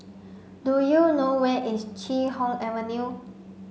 do you know where is Chee Hoon Avenue